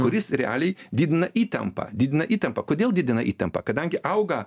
kuris realiai didina įtampą didina įtampą kodėl didina įtampą kadangi auga